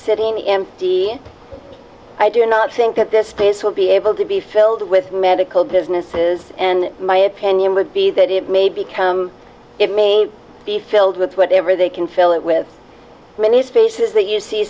the empty i do not think that this place will be able to be filled with medical businesses and my opinion would be that it may become it may be filled with whatever they can fill it with many spaces that you see